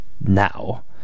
now